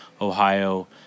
ohio